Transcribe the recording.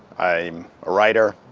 i'm a writer.